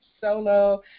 solo